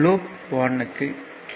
loop 1 க்கு K